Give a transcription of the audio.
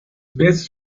best